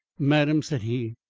madam, said he,